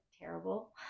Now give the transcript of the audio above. terrible